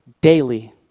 daily